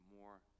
more